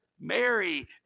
Mary